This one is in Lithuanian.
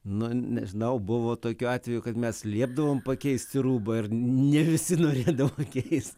nu nežinau buvo tokių atvejų kad mes liepdavom pakeisti rūbą ir ne visi norėdavo keist